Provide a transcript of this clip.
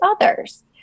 others